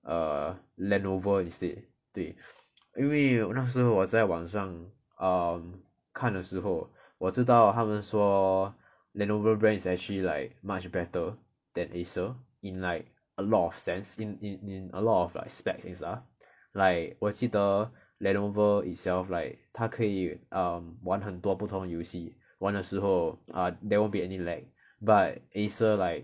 err Lenovo instead 对因为那时我在网上 um 看的时候我知道他们说 Lenovo brands is actually like much better than Acer in like a lot of sense in in in a lot of like specs~ lah like 我记得 Lenovo itself like 它可以 um 玩很多不同的游戏玩的时候 err there won't be any lag but Acer like